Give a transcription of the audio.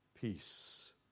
peace